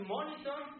monitor